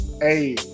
hey